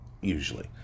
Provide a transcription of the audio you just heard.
Usually